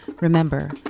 Remember